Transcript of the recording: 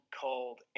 called